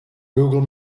google